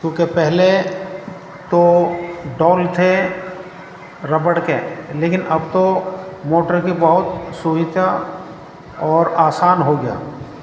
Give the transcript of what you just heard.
کیونکہ پہلے تو ڈول تھے ربڑ کے لیکن اب تو موٹر کی بہت سویدھا اور آسان ہو گیا